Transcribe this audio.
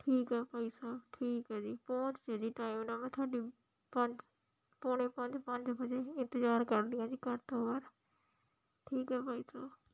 ਠੀਕ ਹੈ ਭਾਈ ਸਾਹਿਬ ਠੀਕ ਹੈ ਜੀ ਪਹੁੰਚ ਜਿਓ ਜੀ ਟਾਈਮ ਨਾਲ਼ ਮੈਂ ਤੁਹਾਡੀ ਪੰਜ ਪੌਣੇ ਪੰਜ ਪੰਜ ਵਜੇ ਇੰਤਜ਼ਾਰ ਕਰਦੀ ਹਾਂ ਜੀ ਘਰ ਤੋਂ ਬਾਹਰ ਠੀਕ ਹੈ ਭਾਈ ਸਾਹਿਬ